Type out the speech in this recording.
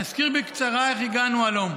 נזכיר בקצרה איך הגענו הלום.